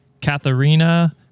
Katharina